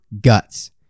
guts